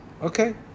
Okay